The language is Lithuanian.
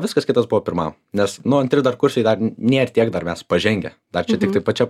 viskas kitas buvo pirmam nes nu antri dar kursai dar nėr tiek dar mes pažengę dar čia tiktai pačia